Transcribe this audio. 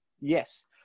yes